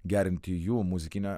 gerinti jų muzikinę